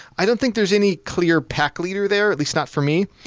i don't think there's any clear pack leader there, at least not for me.